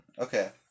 Okay